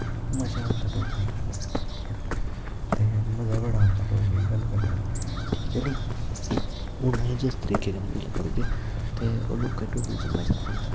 मज़ां आंदा ऐ डोगरी च गल्ल करने दा बड़ा ते मज़ा बड़ा आंदा डोगरी च गल्ल करने दा ठीक ऐ नी हून अस जिस तरीके कन्नै गल्ल करगे ते ओह् लोकें गी डोगरी च मज़ा आंदा